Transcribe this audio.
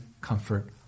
comfort